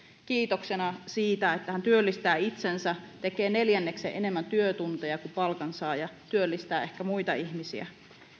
kiitoksena siitä että hän työllistää itsensä tekee neljänneksen enemmän työtunteja kuin palkansaaja ja työllistää ehkä muita ihmisiä